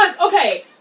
okay